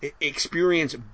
experience